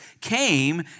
came